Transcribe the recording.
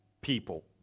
people